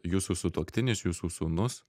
jūsų sutuoktinis jūsų sūnus